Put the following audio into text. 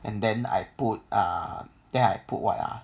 and then I put ah then I put what ah